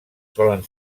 solen